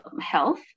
health